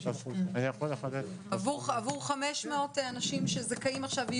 עבור 500 אנשים שזכאים עכשיו.